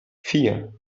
vier